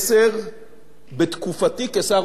בתקופתי כשר אוצר זו פעם שנייה